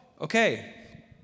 okay